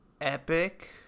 epic